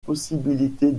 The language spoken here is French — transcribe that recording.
possibilités